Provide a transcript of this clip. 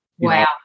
Wow